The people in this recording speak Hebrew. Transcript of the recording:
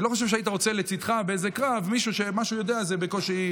אני לא חושב שהיית רוצה לצידך באיזה קרב מישהו שמה שהוא יודע זה בקושי,